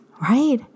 right